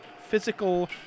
physical